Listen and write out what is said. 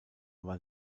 war